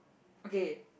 okay